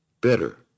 better